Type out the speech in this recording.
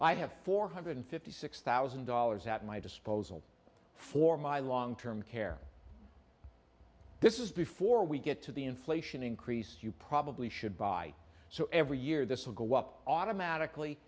i have four hundred fifty six thousand dollars at my disposal for my long term care this is before we get to the inflation increase you probably should buy so every year this will go up automatically